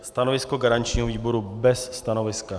Stanovisko garančního výboru bez stanoviska.